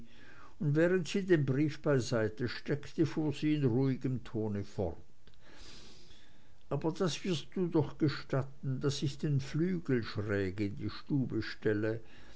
und während sie den brief beiseite steckte fuhr sie in ruhigem ton fort aber das wirst du doch gestatten daß ich den flügel schräg in die stube stelle